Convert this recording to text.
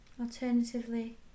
Alternatively